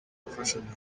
imfashanyo